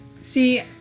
See